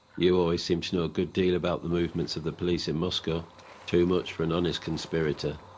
you always seem to know a good deal about the movements of the police in moscow too much for an honest conspirator.